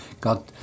God